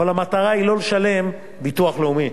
אבל המטרה היא לא לשלם ביטוח לאומי.